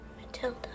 Matilda